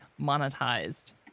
monetized